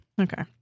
okay